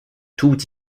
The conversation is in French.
tout